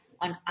on